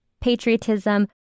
patriotism